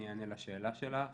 אני אענה לשאלה שלך